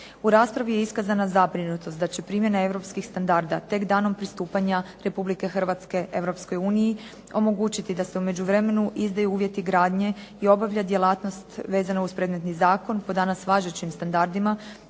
U raspravi je iskazana zabrinutost da će primjena europskih standarda tek danom pristupanja Republike Hrvatske Europskoj uniji omogućiti da se u međuvremenu izdaju uvjeti gradnje i obavlja djelatnost vezana uz predmetni zakon po danas važećim standardima